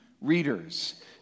readers